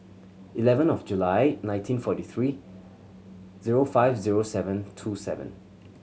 eleven of July nineteen forty three zero five zero seven two seven